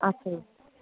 ਅੱਛਾ ਜੀ